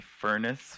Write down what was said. furnace